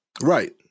right